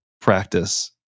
practice